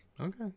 Okay